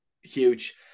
huge